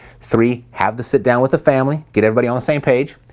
three, have the sit down with the family, get everybody on the same page.